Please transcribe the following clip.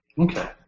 Okay